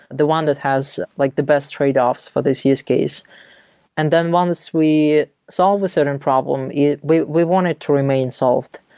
the one that has like the best trade-offs for this use case and then once we solve a certain problem, we we want it to remain solved.